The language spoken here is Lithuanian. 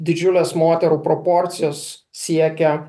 didžiulės moterų proporcijos siekia